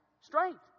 Strength